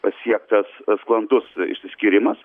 pasiektas sklandus išsiskyrimas